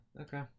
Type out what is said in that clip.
Okay